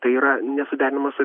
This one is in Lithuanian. tai yra nesuderinama su